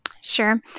Sure